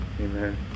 Amen